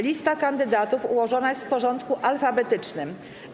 Lista kandydatów ułożona jest w porządku alfabetycznym.